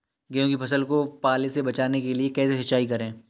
गेहूँ की फसल को पाले से बचाने के लिए कैसे सिंचाई करें?